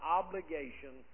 obligation